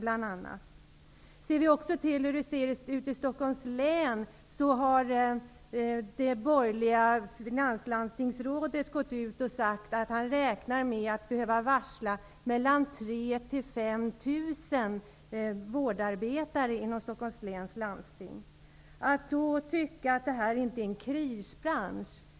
Om vi ser till hur det ser ut i Stockholms län, har det borgerliga finanslandstingsrådet sagt att han räknar med att behöva varsla 3 000--5 000 vårdarbetare inom Jag har svårt att förstå att man då inte tycker att detta är en krisbransch.